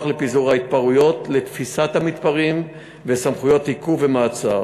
לפיזור ההתפרעויות ולתפיסת המתפרעים וסמכויות עיכוב ומעצר.